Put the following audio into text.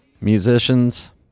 musicians